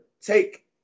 take